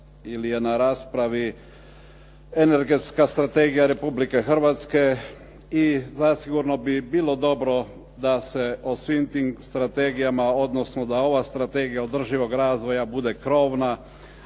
ili je na raspravi Energetska strategija Republike Hrvatske i zasigurno bi bilo dobro da se o svim tim strategijama, odnosno da ova strategija održivog razvoja bude krovna,